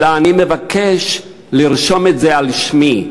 אלא, אני מבקש לרשום את זה על שמי.